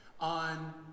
on